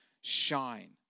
shine